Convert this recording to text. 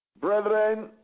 Brethren